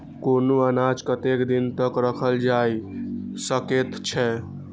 कुनू अनाज कतेक दिन तक रखल जाई सकऐत छै?